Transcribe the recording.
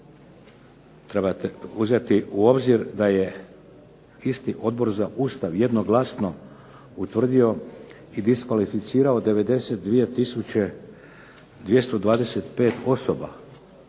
Trebate uzeti u obzir da je isti Odbor za Ustav jednoglasno utvrdio i diskvalificirao 92 tisuće 225 osoba,